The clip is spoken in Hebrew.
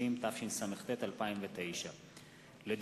170) התשס”ט 2009.